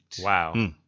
Wow